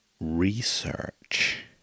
research